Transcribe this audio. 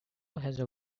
also